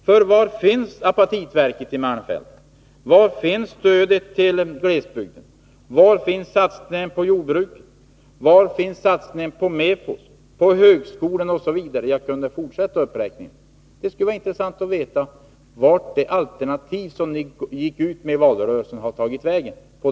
Var finns förslagen om apatitverk i malmfälten, stöd till glesbygden och satsningar på jordbruket, MEFOS, högskolan osv.? Jag kunde fortsätta uppräkningen. Det skulle vara intressant att få veta vart det alternativ som ni på denna punkt gick ut med i valrörelsen har tagit vägen.